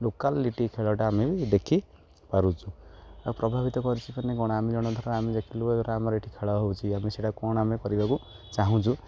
locality ଖେଳଟା ଆମେ ବି ଦେଖିପାରୁଛୁ ଆଉ ପ୍ରଭାବିତ କରିଛି ମାନେ କ'ଣ ଆମେ ଜଣ ଧର ଆମେ ଦେଖିଲୁ ଧର ଆମର ଏଠି ଖେଳ ହେଉଛି ଆମେ ସେଇଟା କ'ଣ ଆମେ କରିବାକୁ ଚାହୁଁଛୁ